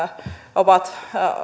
ovat